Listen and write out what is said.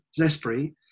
Zespri